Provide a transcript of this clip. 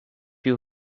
you